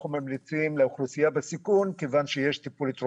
אנחנו עושים בדיקות, בדיקות מהירות?